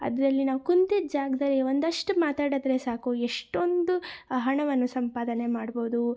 ಅದರಲ್ಲಿ ನಾವು ಕುಂತಿದ್ದ ಜಾಗದಲ್ಲಿ ಒಂದಷ್ಟು ಮಾತಾಡಿದ್ರೆ ಸಾಕು ಎಷ್ಟೊಂದು ಹಣವನ್ನು ಸಂಪಾದನೆ ಮಾಡ್ಬೋದು